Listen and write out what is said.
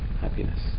happiness